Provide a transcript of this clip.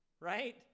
right